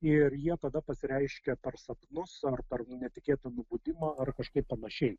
ir jie tada pasireiškia per sapnus ar per netikėtą nubudimą ar kažkaip panašiai